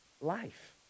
life